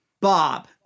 Bob